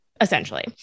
Essentially